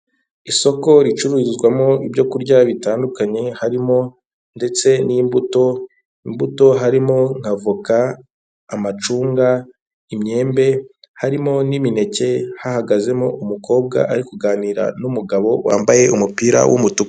Isoko ricururizwamo ibyo kurya bitandukanye harimo ndetse n'imbuto, imbuto harimo nk'avoka amacunga, imyembe harimo n'imineke hahagazemo umukobwa ari kuganira n'umugabo wambaye umupira w'umutuku.